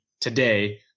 today